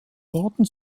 worten